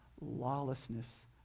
lawlessness